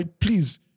please